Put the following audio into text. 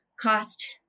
cost